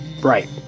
right